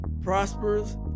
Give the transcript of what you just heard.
prosperous